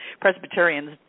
Presbyterians